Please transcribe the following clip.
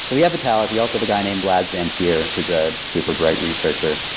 so we have vitalic. we also have a guy named vlad zamfir, who's a super bright researcher.